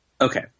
Okay